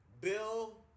Bill